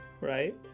right